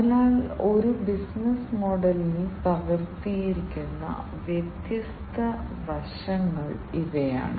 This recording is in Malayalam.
എന്നാൽ IoT യ്ക്കും IoT സെൻസറുകളും ആക്യുവേറ്ററുകളും പ്രധാന സാങ്കേതികവിദ്യകളാണ്